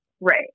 Right